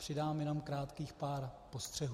Přidám jenom krátkých pár postřehů.